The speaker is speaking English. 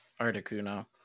Articuno